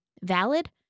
valid